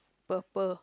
purple